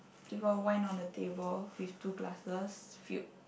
they got wine on the table with two glasses filled